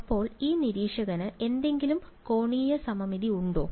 അപ്പോൾ ഈ നിരീക്ഷകന് എന്തെങ്കിലും കോണീയ സമമിതി ഉണ്ടോ